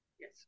yes